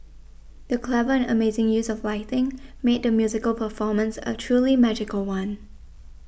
the clever and amazing use of lighting made the musical performance a truly magical one